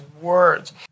words